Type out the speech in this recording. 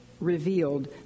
revealed